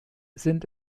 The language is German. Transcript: sind